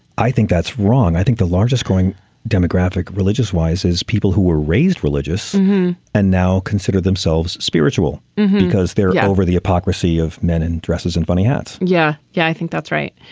i think that's wrong. i think the largest growing demographic religious wise is people who were raised religious and now consider themselves spiritual because they're over the hypocrisy of men in dresses and funny hats yeah yeah i think that's right.